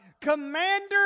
commander